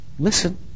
Listen